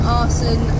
arson